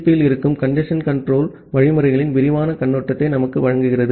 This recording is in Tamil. பி யில் இருக்கும் கஞ்சேஸ்ன் கன்ட்ரோல் புரோட்டோகால்களின் விரிவான கண்ணோட்டத்தை நமக்கு வழங்குகிறது